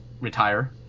retire